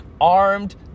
armed